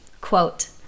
quote